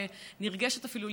ונרגשת אפילו,